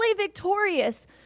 victorious